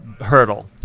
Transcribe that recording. hurdle